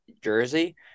jersey